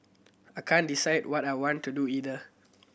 I can't decide what I want to do either